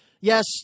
Yes